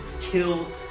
kill